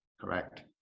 Correct